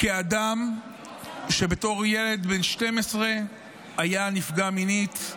שכילד בן 12 הוא נפגע מינית.